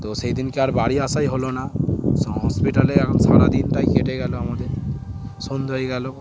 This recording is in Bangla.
তো সেই দিনকে আর বাড়ি আসাই হলো না সোঁ হসপিটালে এখন সারাদিনটাই কেটে গেল আমাদের সন্ধ্যে হয়ে গেল